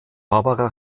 barbara